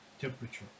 temperature